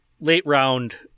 late-round